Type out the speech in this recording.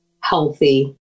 healthy